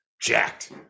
jacked